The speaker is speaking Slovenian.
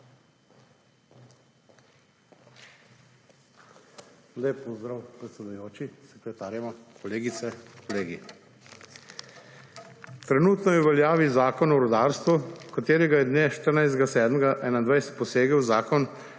Lep pozdrav, predsedujoči, sekretarjema, kolegice, kolegi! Trenutno je v veljavi Zakon o rudarstvu katerega je dne 14. 7. 2021 posegel Zakon